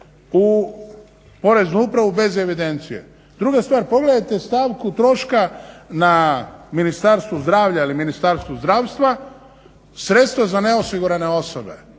u Poreznu upravu bez evidencije. Druga stvar, pogledajte stavku troška na Ministarstvu zdravlja ili Ministarstvu zdravstva. Sredstvo za neosigurane osobe,